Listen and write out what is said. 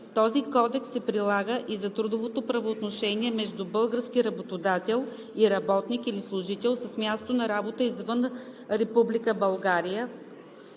Този кодекс се прилага и за трудовото правоотношение между български работодател и работник или служител, с място на работа извън